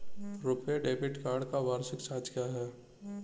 RuPay debit card का वार्षिक charge क्या है?